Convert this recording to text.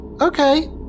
okay